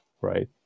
right